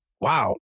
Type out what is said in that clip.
wow